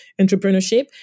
entrepreneurship